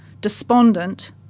Despondent